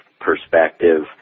perspective